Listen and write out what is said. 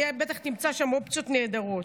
והיא בטח תמצא שם אופציות נהדרות.